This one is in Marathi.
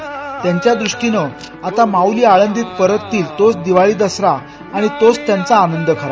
आळंदीकरांच्या दृष्टीनं आता माउली आळंदीला परततील तोच दिवाळी दसरा आणि तोच त्यांचा आनंद खरा